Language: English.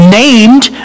named